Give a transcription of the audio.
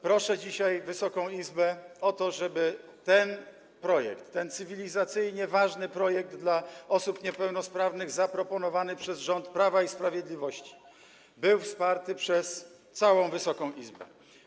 Proszę dzisiaj Wysoką Izbę o to, żeby ten projekt, ten cywilizacyjnie ważny projekt dla osób niepełnosprawnych, zaproponowany przez rząd Prawa i Sprawiedliwości, był wsparty przez całą Wysoką Izbę.